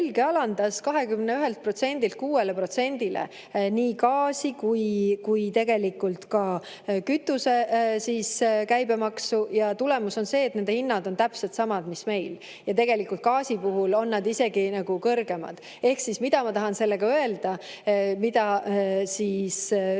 6%-le nii gaasi kui tegelikult ka kütuse käibemaksu ja tulemus on see, et nende hinnad on täpselt samad, mis meil, ja tegelikult gaasi puhul on nad isegi kõrgemad. Ehk siis ma tahan öelda, et see